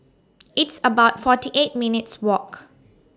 It's about forty eight minutes' Walk